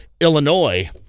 Illinois